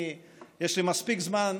יש לי מספיק זמן,